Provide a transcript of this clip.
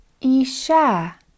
Isha